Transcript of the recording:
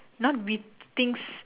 not with things